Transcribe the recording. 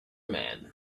man